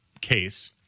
case